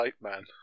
man